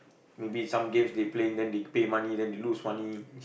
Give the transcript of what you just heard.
maybe some games they playing then they pay money then they lose money